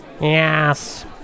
Yes